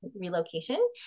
relocation